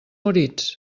moritz